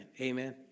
Amen